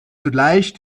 zugleich